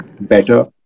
better